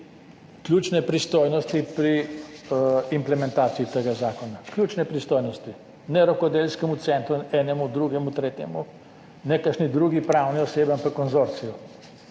ključne pristojnosti pri implementaciji tega zakona, ključne pristojnosti, ne rokodelskemu centru, enemu drugemu, tretjemu, ne kakšni drugi pravni osebi, ampak konzorciju.